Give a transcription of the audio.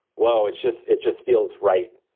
wow, it just it just feels right.